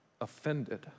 offended